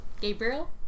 Gabriel